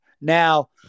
Now